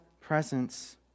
presence